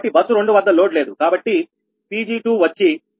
కాబట్టి బస్సు 2 వద్ద లోడ్ లేదు కాబట్టి 𝑃𝑔2 వచ్చి0